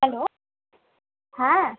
hello হ্যাঁ